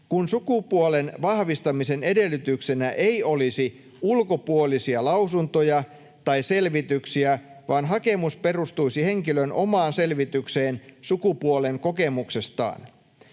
kun sukupuolen vahvistamisen edellytyksenä ei olisi ulkopuolisia lausuntoja tai selvityksiä vaan hakemus perustuisi henkilön omaan selvitykseen sukupuolen kokemuksestaan.